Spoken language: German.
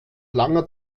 langer